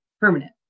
permanent